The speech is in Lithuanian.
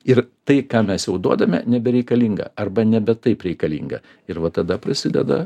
ir tai ką mes jau duodame nebereikalinga arba nebe taip reikalinga ir va tada prasideda